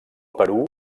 perú